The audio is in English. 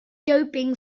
doping